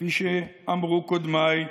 כפי שאמרו קודמיי,